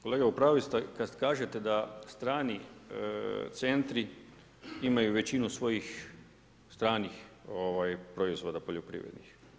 Kolega u pravu ste, kada kažete da strani centri imaju većinu svojih stranih proizvoda u poljoprivredi.